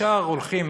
ישר הולכים,